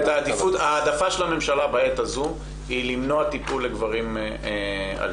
ההעדפה של הממשלה בעת הזו היא למנוע טיפול לגברים אלימים?